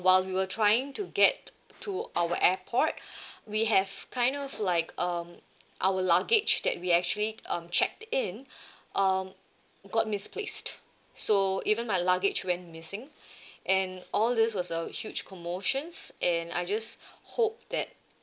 while we were trying to get to our airport we have kind of like um our luggage that we actually um checked in um got misplaced so even my luggage went missing and all this was a huge commotions and I just hope that